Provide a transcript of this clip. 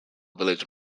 village